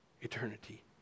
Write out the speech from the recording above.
eternity